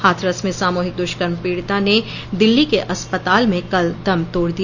हाथरस में सामूहिक दुष्कर्म पीडिता ने दिल्ली के अस्पताल में कल दम तोड़ दिया